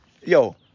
Yo